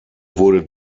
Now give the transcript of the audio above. wurde